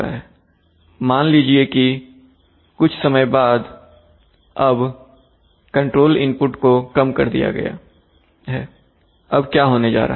अब मान लीजिए कि कुछ समय बाद अब कंट्रोल इनपुट को कम कर दिया गया है अब क्या होने जा रहा है